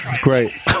great